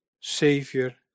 savior